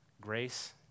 grace